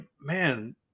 man